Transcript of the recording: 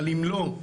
אבל אם לא,